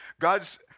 God's